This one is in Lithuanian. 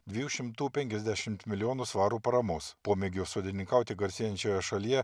dviejų šimtų penkiasdešimt milijonų svarų paramos pomėgiu sodininkauti garsėjančioje šalyje